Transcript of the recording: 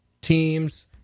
teams